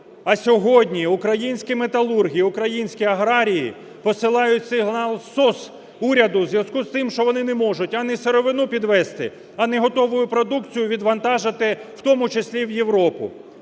а сьогодні українські металурги, українські аграрії посилають сигнал SOS уряду в зв'язку з тим, що вони не можуть ані сировину підвезти, ані готову продукцію відвантажити в тому числі в Європу.